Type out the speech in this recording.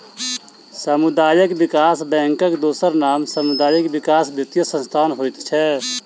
सामुदायिक विकास बैंकक दोसर नाम सामुदायिक विकास वित्तीय संस्थान होइत छै